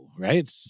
right